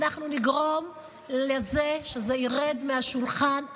ואנחנו נגרום לזה שזה ירד מהשולחן.